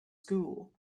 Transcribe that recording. school